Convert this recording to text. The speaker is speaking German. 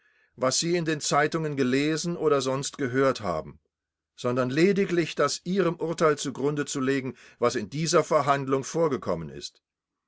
was sie in den zeitungen gelesen oder sonst gehört haben sondern lediglich das ihrem urteil zugrunde zu legen was in dieser verhandlung vorgekommen ist